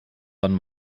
wann